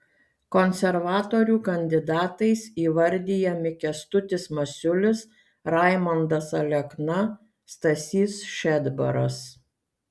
konservatorių kandidatais įvardijami kęstutis masiulis raimundas alekna stasys šedbaras